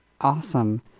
awesome